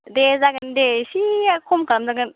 दे जागोन दे एसेआ खम खालामजागोन